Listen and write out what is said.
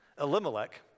Elimelech